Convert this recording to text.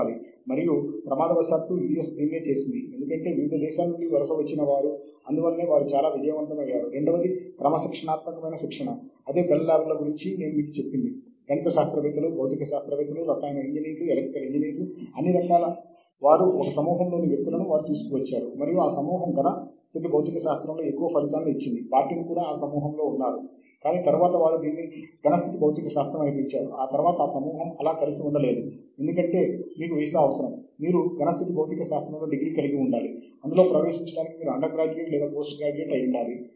క్రొత్తవారికి ఇది చాలా ముఖ్యమైనది అతను లేదా ఆమె ప్రాంతంలోని గల సాహిత్యాన్ని శోధించడంలో పరిశోధన చాలా ప్రభావవంతంగా ఉంటుంది ఎందుకంటే ఫోకస్ ప్రాంతానికి రావడానికి అందుబాటులో ఉన్న సమయం చాలా తక్కువ